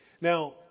Now